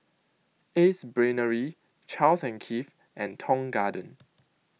Ace Brainery Charles and Keith and Tong Garden